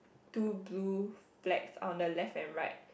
two blue flags on the left and right